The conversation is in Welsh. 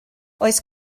oes